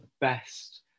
best